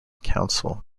council